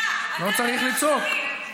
לא צריך לצעוק.